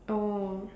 oh